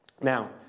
now